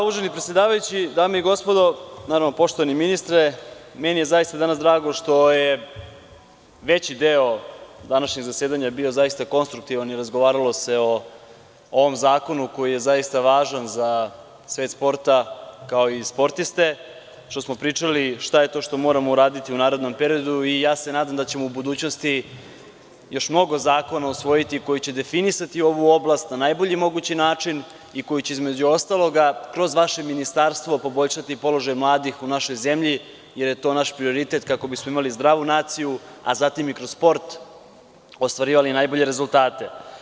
Uvaženi predsedavajući, dame i gospodo, naravno poštovani ministre, meni je zaista danas drago što je veći deo današnjeg zasedanja bio zaista konstruktivan i razgovaralo se o ovom zakonu koji je zaista važan za svet sporta kao i sportiste, što smo pričali šta je to što moramo uraditi u narednom periodu i nadam se da ćemo u budućnosti još mnogo zakona usvojiti, koji će definisati ovu oblast na najbolji mogući način i koji će između ostalog kroz vaše ministarstvo poboljšati položaj mladih u našoj zemlji, jer je to naš prioritet, kako bismo imali zdravu naciju, a zatim i kroz sport ostvarivali najbolje rezultate.